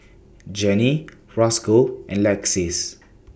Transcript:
Jenni Rosco and Lexis